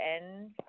End